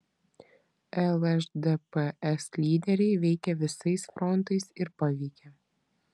lšdps lyderiai veikė visais frontais ir paveikė